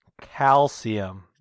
Calcium